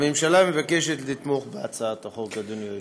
הממשלה מבקשת לתמוך בהצעת החוק, אדוני היושב-ראש.